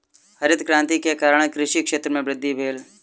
हरित क्रांति के कारण कृषि क्षेत्र में वृद्धि भेल